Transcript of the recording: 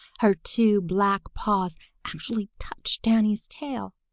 her two black paws actually touched danny's tail.